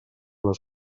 les